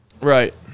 Right